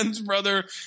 brother